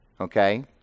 okay